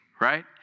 right